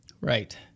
right